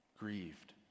Grieved